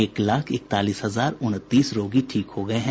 एक लाख इकतालीस हजार उनतीस रोगी ठीक हो गये हैं